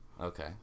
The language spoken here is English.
Okay